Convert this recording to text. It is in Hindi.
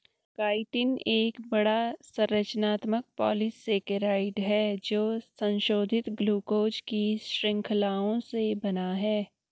काइटिन एक बड़ा, संरचनात्मक पॉलीसेकेराइड है जो संशोधित ग्लूकोज की श्रृंखलाओं से बना है